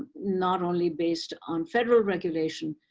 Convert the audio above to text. not only based on federal regulation,